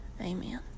Amen